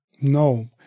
No